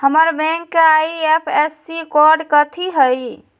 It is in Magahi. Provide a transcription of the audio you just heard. हमर बैंक के आई.एफ.एस.सी कोड कथि हई?